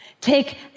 Take